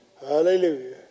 Hallelujah